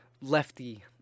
lefty